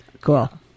cool